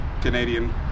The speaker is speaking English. Canadian